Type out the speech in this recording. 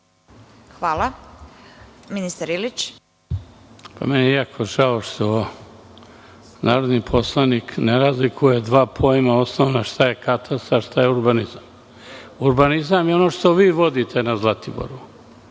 **Velimir Ilić** Meni je jako žao što narodni poslanik ne razlikuje dva osnovna pojma – šta je katastar, šta je urbanizam. Urbanizam je ono što vi vodite na Zlatiboru.